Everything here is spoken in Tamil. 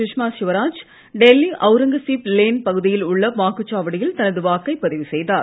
சுஷ்மா ஸ்வராஜ் டெல்லி அவுரங்கசீப் லேன் பகுதியில் உள்ள வாக்குச்சாவடியில் தனது வாக்கை பதிவு செய்தார்